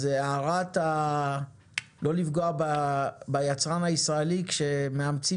אז הערת הלא לפגוע ביצרן הישראלי כשמאמצים